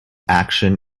action